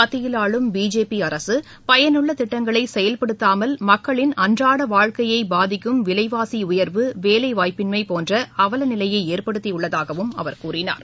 மக்தியில் ஆளும் பிஜேபி அரசுபயனுள்ளதிட்டங்களைசெயல்படுத்தாமல் மக்களின் அன்றாடவாழ்க்கையைபாதிக்கும்விலைவாசிடயர்வு வேலைவாய்ப்பின்மைபோன்றஅவலநிலையைஏற்படுத்தியுள்ளதாகவும் அவர் கூறினார்